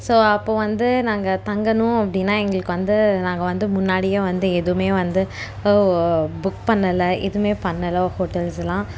so அப்போது வந்து நாங்கள் தங்கணும் அப்படின்னா எங்களுக்கு வந்து நாங்கள் வந்து முன்னாடியே வந்து எதுவுமே வந்து புக் பண்ணலை எதுவுமே பண்ணலை ஹோட்டல்ஸுலாம்